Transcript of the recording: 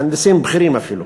מהנדסים בכירים אפילו,